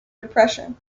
depression